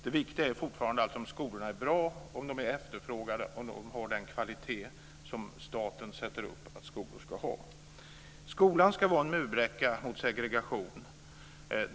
Det viktiga är fortfarande att skolorna är bra, om de är efterfrågade och har den kvalitet som staten sätter upp att skolor ska ha. Skolan ska vara en murbräcka mot segregation.